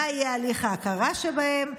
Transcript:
מה יהיה הליך ההכרה בהם,